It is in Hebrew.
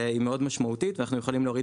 היא מאוד משמעותית ואנחנו יכולים להוריד